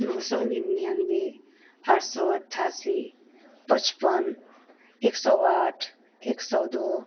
तीन सौ निन्यानवे आठ सौ अट्ठासी पचपन एक सौ आठ एक सौ दो